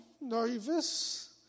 nervous